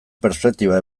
perspektiba